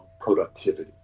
productivity